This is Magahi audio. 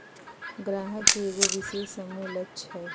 गाहक के एगो विशेष समूह लक्ष हई